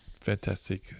Fantastic